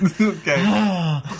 Okay